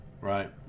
right